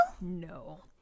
no